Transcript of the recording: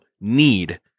need